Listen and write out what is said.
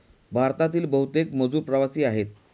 भारतातील बहुतेक मजूर प्रवासी आहेत